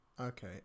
Okay